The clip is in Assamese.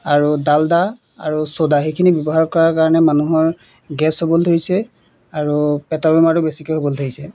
আৰু ডালদা আৰু চ'দা সেইখিনি ব্যৱহাৰ কৰাৰ কাৰণে মানুহৰ গেছ হ'বলৈ ধৰিছে আৰু পেটৰ বেমাৰটো বেছিকৈ হ'বলৈ ধৰিছে